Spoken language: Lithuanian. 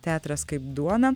teatras kaip duona